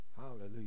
Hallelujah